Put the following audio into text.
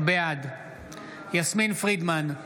בעד יסמין פרידמן,